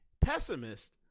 pessimist